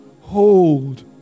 hold